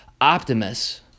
Optimus